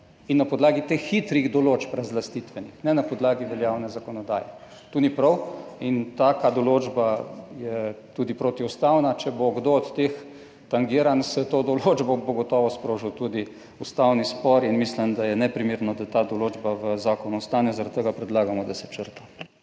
In na podlagi teh hitrih razlastitvenih določb, ne na podlagi veljavne zakonodaje. To ni prav in taka določba je tudi protiustavna. Če bo kdo od teh tangiran s to določbo, bo gotovo sprožil tudi ustavni spor. Mislim, da je neprimerno, da ta določba v zakonu ostane, zaradi tega predlagamo, da se črta.